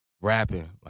rapping